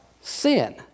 sin